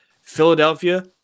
Philadelphia